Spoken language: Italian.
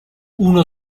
uno